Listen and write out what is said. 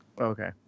Okay